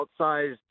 outsized